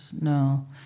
No